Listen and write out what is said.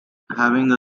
having